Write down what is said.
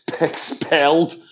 expelled